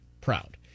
proud